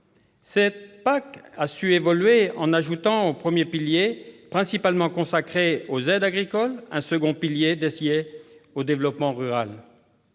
Cette PAC a su évoluer en ajoutant au premier pilier, principalement consacré aux aides agricoles, un second pilier dédié au développement rural.